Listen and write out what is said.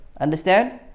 understand